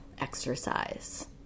exercise